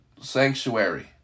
sanctuary